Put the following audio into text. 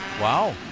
Wow